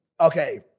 okay